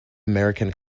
american